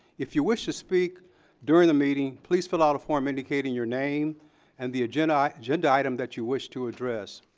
if you wish to speak during the meeting, please fill out a form indicating your name and the agenda agenda item that you wish to address.